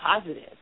positive